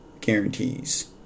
guarantees